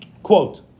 Quote